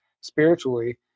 spiritually